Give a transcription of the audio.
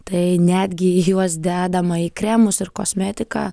tai netgi juos dedama į kremus ir kosmetiką